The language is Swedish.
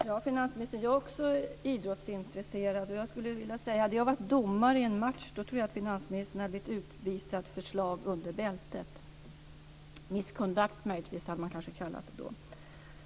Herr talman! Jag är också idrottsintresserad, finansministern. Om jag hade varit domare i en match hade finansministern blivit utvisad för slag under bältet - det hade möjligtvis kallats misconduct.